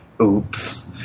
oops